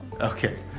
Okay